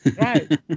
right